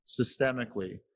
systemically